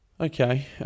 Okay